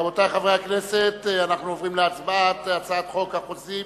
עוברים להצבעה על הצעת חוק החוזים